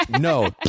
no